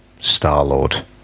Star-Lord